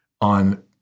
on